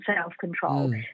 self-control